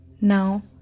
Now